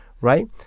right